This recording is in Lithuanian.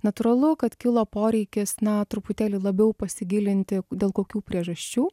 natūralu kad kilo poreikis na truputėlį labiau pasigilinti dėl kokių priežasčių